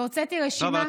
והוצאתי רשימה.